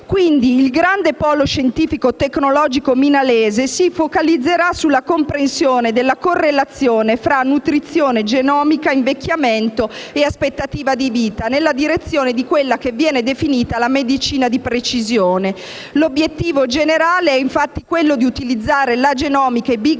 CNR. Il grande polo scientifico tecnologico milanese si focalizzerà sulla comprensione della correlazione fra nutrizione genomica, invecchiamento e aspettativa di vita, nella direzione di quella che viene definita «la medicina di precisione». L'obiettivo generale è, infatti, quello di utilizzare la genomica, i *big